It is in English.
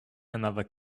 another